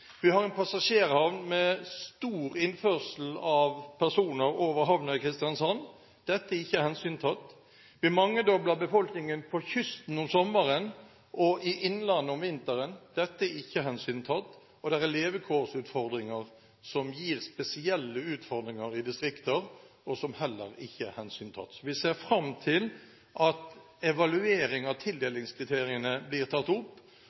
Vi har en passasjerhavn med stor innførsel av personer over havna i Kristiansand. Dette er ikke hensyntatt. Vi mangedobler befolkningen på kysten om sommeren og i innlandet om vinteren. Dette er ikke hensyntatt. Og det er levekårsutfordringer som gir spesielle utfordringer i distrikter, og som heller ikke er hensyntatt. Vi ser fram til at en evaluering av tildelingskriteriene blir tatt opp,